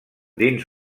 dins